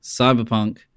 Cyberpunk